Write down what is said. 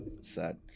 Sad